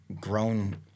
grown